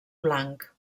blanc